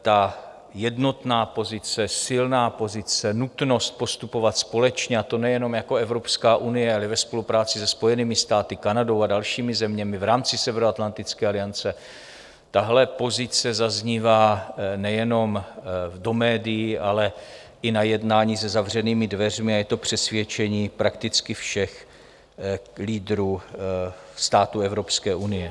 Ta jednotná pozice, silná pozice, nutnost postupovat společně, a to nejenom jako Evropská unie, ale i ve spolupráci se Spojenými státy, Kanadou a dalšími zeměmi v rámci Severoatlantické aliance, tahle pozice zaznívá nejenom do médií, ale i na jednání za zavřenými dveřmi a je to přesvědčení prakticky všech lídrů států Evropské unie.